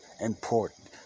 important